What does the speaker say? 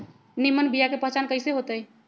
निमन बीया के पहचान कईसे होतई?